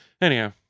anyhow